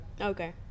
Okay